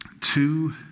two